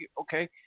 okay